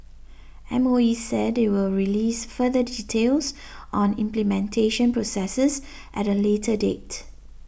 M O E said it will release further on implementation processes at a later date